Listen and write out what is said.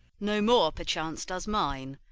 no more perchance does mine,